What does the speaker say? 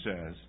says